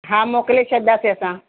हा मोकिले छॾिंदासीं असां